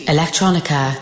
Electronica